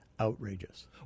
outrageous